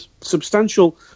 substantial